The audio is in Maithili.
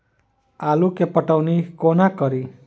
आलु केँ पटौनी कोना कड़ी?